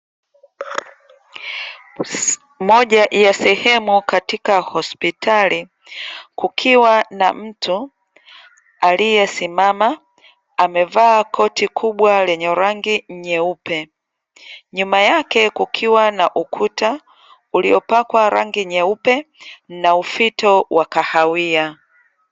Moja ya sehemu katika hospitali, kukiwa na mtu aliesimama amevaa koti kubwa lenye rangi nyeupe, nyuma yake kukiwa na ukuta uliopakwa rangi nyeupe na ufito wa kahawia.